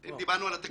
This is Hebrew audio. דיברנו על התקציב.